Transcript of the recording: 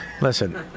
Listen